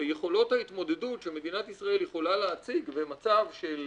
ויכולות ההתמודדות שמדינת ישראל יכולה להציג במצב של